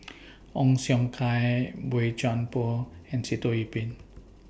Ong Siong Kai Boey Chuan Poh and Sitoh Yih Pin